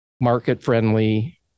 market-friendly